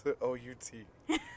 O-U-T